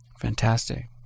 Fantastic